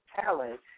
talent